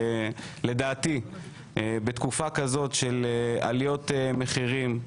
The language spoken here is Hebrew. ולדעתי בתקופה כזאת של עליות מחירים,